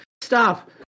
stop